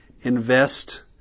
invest